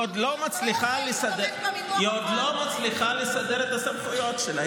היא עוד לא מצליחה לסדר את הסמכויות שלה.